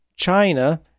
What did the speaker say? China